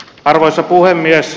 arvoisa puhemies